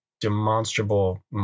demonstrable